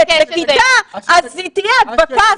ט' לכיתה אז תהיה הדבקה,